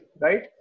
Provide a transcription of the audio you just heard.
right